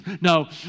No